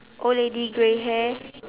old lady grey hair